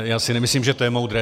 Já si nemyslím, že to je moudré.